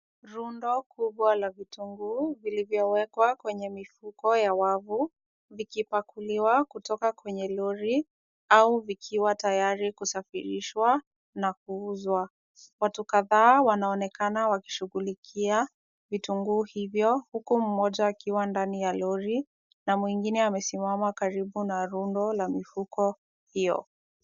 Rundo kubwa la vitunguu vilivyowekwa kwenye mifuko ya wavu, vikipakuliwa kutoka kwenye lori au vikiwa tayari kusafirishwa na kuuzwa. Watu kadhaa wanaonekana wakishughulikia vitunguu hivyo, huku mmoja akiwa ndani ya lori, na mwingine amesimama karibu na rundo la mifuko hiyo.